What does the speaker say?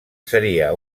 seria